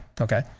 okay